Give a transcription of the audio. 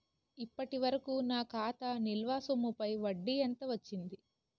ఇప్పటి వరకూ నా ఖాతా నిల్వ సొమ్ముపై వడ్డీ ఎంత వచ్చింది?